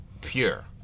pure